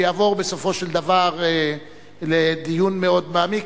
שתעבור בסופו של דבר לדיון מאוד מעמיק,